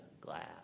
glass